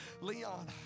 Leon